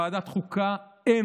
בוועדת חוקה אין